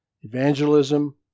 evangelism